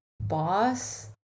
boss